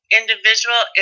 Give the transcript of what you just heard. individual